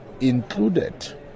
included